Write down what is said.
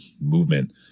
movement